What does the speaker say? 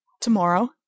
To-morrow